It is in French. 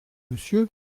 monsieur